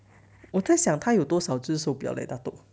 我在想他有多少只手表 leh 大多